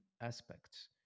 aspects